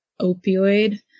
opioid